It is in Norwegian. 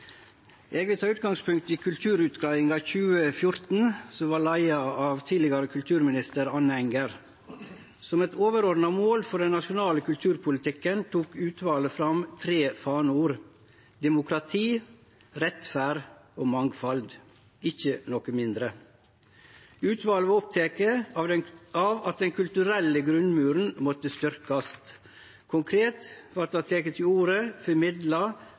Eg vil ta utgangspunkt i Kulturutgreiinga 2014, som vart leia av tidlegare kulturminister Anne Enger. Som eit overordna mål for den nasjonale kulturpolitikken tok utvalet fram tre faneord: demokrati, rettferd og mangfald – ikkje noko mindre. Utvalet var oppteke av at den kulturelle grunnmuren måtte styrkjast. Konkret vart det teke til orde for midlar